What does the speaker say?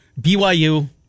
BYU